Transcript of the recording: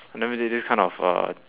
I never did this kind of uh